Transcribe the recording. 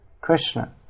Krishna